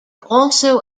also